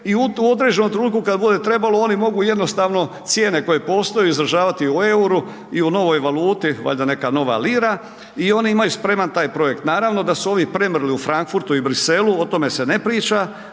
i u određenom trenutku kad bude trebalo, oni mogu jednostavno, cijene koje postoje, izražavati u euru i u novoj valuti, valjda neka nova lira, i oni imaju spreman taj projekt. Naravno da su ovi premrli u Frankfurtu i Bruxellesu, o tome se ne priča